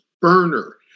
burner